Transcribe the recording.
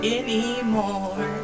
anymore